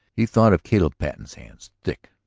he thought of caleb patten's hands, thick,